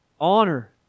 Honor